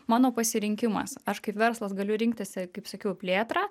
mano pasirinkimas aš kaip verslas galiu rinktis e kaip sakiau plėtrą